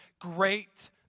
great